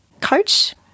coach